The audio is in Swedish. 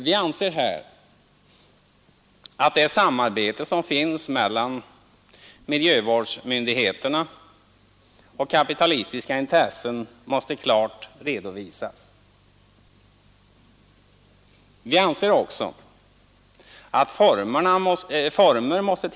Vi anser här att det samarbete som förekommer mellan miljövårdsmyndigheterna och kapitalistiska intressen att former måste tillskapas för måste klart redovisas.